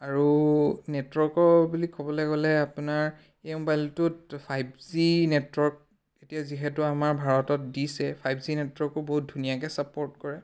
আৰু নেটৱৰ্কৰ বুলি ক'বলৈ গ'লে আপোনাৰ এই মোবাইলটোত ফাইভ জি নেটৱৰ্ক এতিয়া যিহেতু আমাৰ ভাৰতত দিছে ফাইভ জি নেটৱৰ্কো বহুত ধুনীয়াকৈ ছাপোৰ্ট কৰে